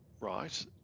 right